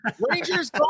Rangers